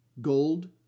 Gold